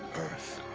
earth.